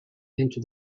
into